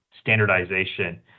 standardization